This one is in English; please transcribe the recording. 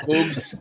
Oops